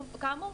כאמור,